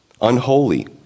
Unholy